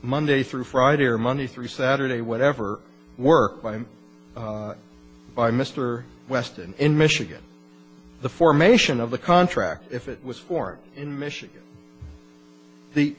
monday through friday or monday through saturday whatever work by and by mr weston in michigan the formation of the contract if it was formed in michigan the